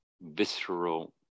visceral